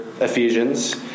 Ephesians